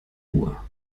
ruhr